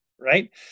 right